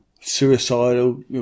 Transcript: suicidal